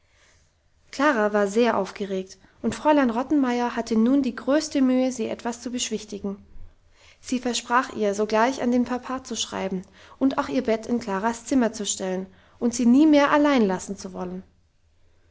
klara war sehr aufgeregt und fräulein rottenmeier hatte nun die größte mühe sie etwas zu beschwichtigen sie versprach ihr sogleich an den papa zu schreiben und auch ihr bett in klaras zimmer stellen und sie nie mehr allein lassen zu wollen